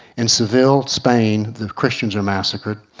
in seville, spain the christians are massacred,